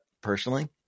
personally